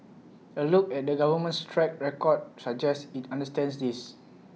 A look at the government's track record suggests IT understands this